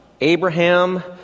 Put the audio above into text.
Abraham